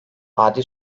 adi